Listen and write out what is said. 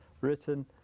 written